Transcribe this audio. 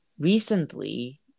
Recently